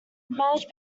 marriage